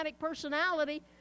personality